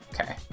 Okay